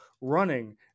running